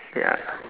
ya